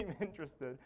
interested